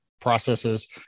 processes